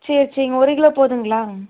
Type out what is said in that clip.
சரி சரிங்க ஒரு கிலோ போதுங்களா